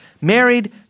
married